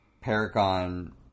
Paragon